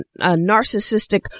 narcissistic